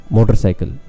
Motorcycle